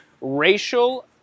racial